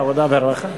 העבודה והרווחה.